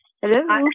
Hello